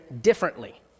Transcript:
differently